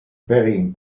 burying